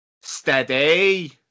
Steady